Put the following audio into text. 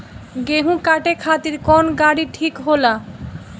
गेहूं काटे खातिर कौन गाड़ी ठीक होला?